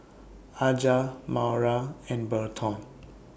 Aja Maura and Berton